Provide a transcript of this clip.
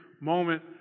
moment